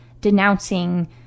denouncing